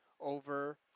over